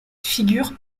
figure